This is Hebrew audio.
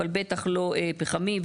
אבל בטח לא פחמי,